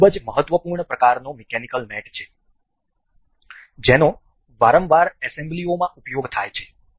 આ એક ખૂબ જ મહત્વપૂર્ણ પ્રકારનો મિકેનિકલ મેટ છે જેનો વારંવાર એસેમ્બલીઓમાં ઉપયોગ થાય છે